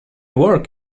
work